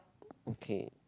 okay